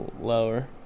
Lower